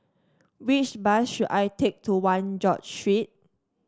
which bus should I take to One George Street